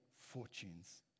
fortunes